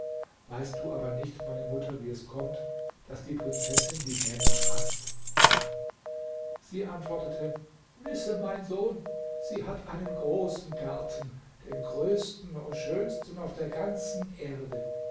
weißt du aber nicht meine mutter wie es kommt daß die prinzessin die männer haßt sie antwortete wisse mein sohn sie hat einen großen garten den größten und schönsten auf der ganzen erde